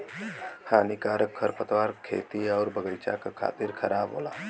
हानिकारक खरपतवार खेती आउर बगईचा क खातिर खराब होला